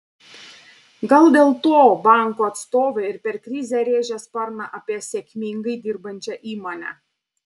gal dėl to bankų atstovai ir per krizę rėžia sparną apie sėkmingai dirbančią įmonę